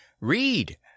Read